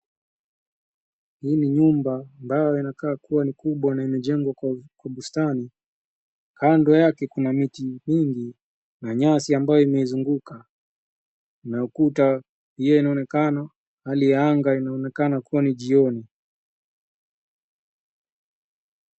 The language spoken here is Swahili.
Hii ni nyumba ambayo inakaa kuwa ni kubwa na imejengwa kwa bustani. Kando yake kuna miti mingi na nyasi ambayo imeizunguka na ukuta pia inaonekana. Hali ya anga inaonekana kuwa ni jioni.